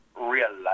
realize